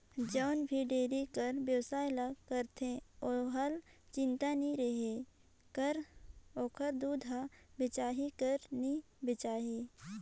जउन भी डेयरी कर बेवसाय ल करथे ओहला चिंता नी रहें कर ओखर दूद हर बेचाही कर नी बेचाही